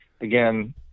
again